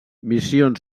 missions